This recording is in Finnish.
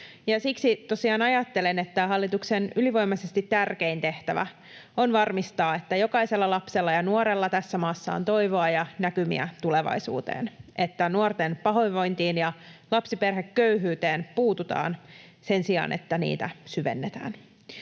tosiaan ajattelen, että hallituksen ylivoimaisesti tärkein tehtävä on varmistaa, että jokaisella lapsella ja nuorella tässä maassa on toivoa ja näkymiä tulevaisuuteen, että nuorten pahoinvointiin ja lapsiperheköyhyyteen puututaan sen sijaan, että niitä syvennetään.